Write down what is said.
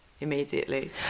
immediately